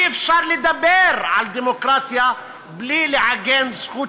אי-אפשר לדבר על דמוקרטיה בלי לעגן זכות